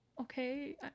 okay